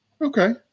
Okay